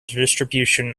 distribution